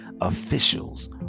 officials